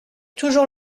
toujours